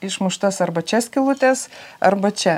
išmuštas arba čia skylutes arba čia